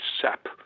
sap